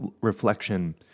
reflection